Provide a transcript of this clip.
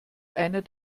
einer